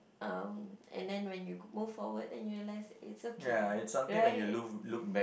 um and then when you move forward then you realise it's okay right